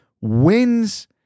wins